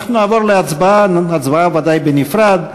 אנחנו נעבור להצבעה בנפרד.